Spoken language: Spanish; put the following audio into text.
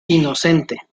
inocente